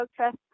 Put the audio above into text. Okay